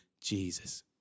Jesus